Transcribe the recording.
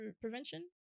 prevention